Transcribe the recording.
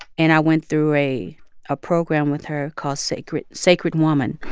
and i went through a ah program with her called sacred sacred woman,